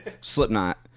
slipknot